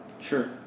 Sure